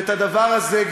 ואת הדבר הזה,